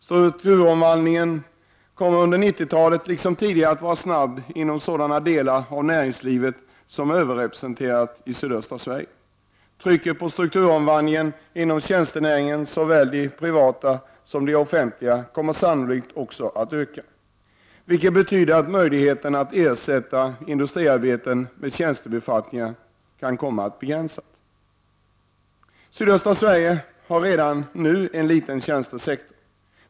Strukturomvandlingen kommer under 90 talet liksom tidigare att vara snabb inom sådana delar av näringslivet som är överrepresenterade i sydöstra Sverige. Trycket på strukturomvandlingar inom tjänstenäringarna, såväl de privata som de offentliga, kommer sannolikt också att öka, vilket betyder att möjligheten att ersätta industriarbeten med tjänstebefattningar kan komma att begränsas. Sydöstra Sverige har redan nu en liten tjänstesektor.